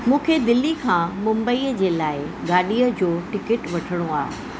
मूंखे दिल्ली खां मुम्बईअ जे लाइ गाॾीअ जो टिकिट वठणो आहे